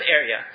area